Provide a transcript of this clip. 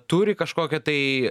turi kažkokią tai